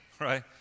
right